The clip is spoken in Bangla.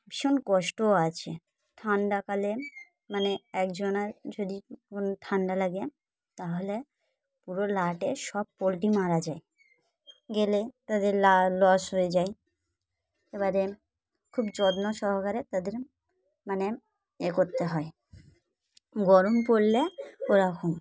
ভীষণ কষ্টও আছে ঠান্ডাকালে মানে একজনার যদি কোনো ঠান্ডা লাগে তাহলে পুরো লাটে সব পোলট্রি মারা যায় গেলে তাদের লা লস হয়ে যায় এবারে খুব যত্ন সহকারে তাদের মানে এ করতে হয় গরম পড়লে ওরকম